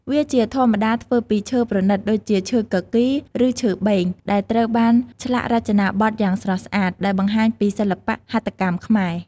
វាជាធម្មតាធ្វើពីឈើប្រណីតដូចជាឈើគគីរ ឬឈើបេង ដែលត្រូវបានឆ្លាក់រចនាបថយ៉ាងស្រស់ស្អាត ដែលបង្ហាញពីសិល្បៈហត្ថកម្មខ្មែរ។